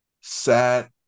sat